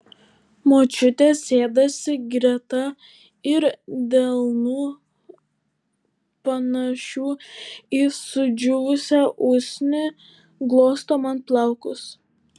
močiutė sėdasi greta ir delnu panašiu į sudžiūvusią usnį glosto man plaukus